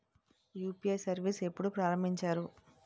UPI service ఎప్పుడు ప్రారంభించారు?